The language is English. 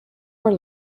were